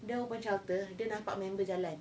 dia open shutter dia nampak member jalan